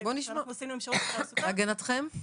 הגנתכם?